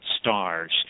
stars